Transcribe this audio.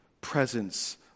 presence